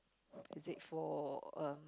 is it for a